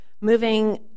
Moving